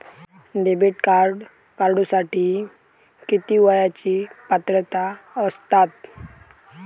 Debit card काढूसाठी किती वयाची पात्रता असतात?